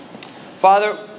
Father